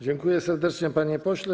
Dziękuję serdecznie, panie pośle.